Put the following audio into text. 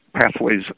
pathways